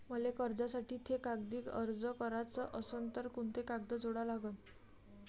मले कर्जासाठी थे कागदी अर्ज कराचा असन तर कुंते कागद जोडा लागन?